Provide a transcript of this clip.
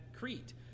Crete